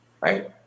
right